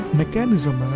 mechanism